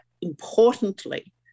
importantly